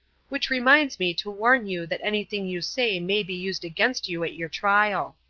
which reminds me to warn you that anything you say may be used against you at your trial.